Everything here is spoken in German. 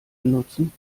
benutzen